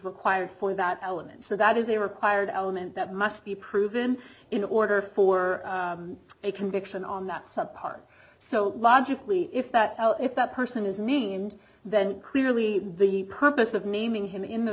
required for that element so that is a required element that must be proven in order for a conviction on that subject so logically if that if that person is mean then clearly the purpose of naming him in the